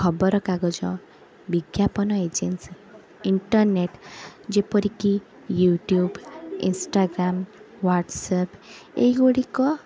ଖବରକାଗଜ ବିଜ୍ଞାପନ agency internet ଯେପରିକି ୟୁଟ୍ୟୁବ ଇନଷ୍ଟାଗ୍ରାମ ହ୍ଵାଟ୍ସଆପ ଏଗୁଡ଼ିକ